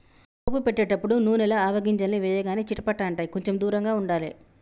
పోపు పెట్టేటపుడు నూనెల ఆవగింజల్ని వేయగానే చిటపట అంటాయ్, కొంచెం దూరంగా ఉండాలే